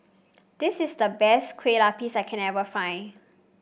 this is the best Kueh Lapis that I find